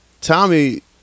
Tommy